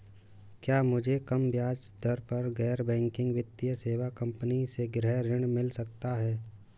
क्या मुझे कम ब्याज दर पर गैर बैंकिंग वित्तीय सेवा कंपनी से गृह ऋण मिल सकता है?